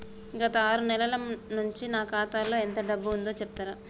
గత ఆరు నెలల నుంచి నా ఖాతా లో ఎంత డబ్బు ఉందో చెప్తరా?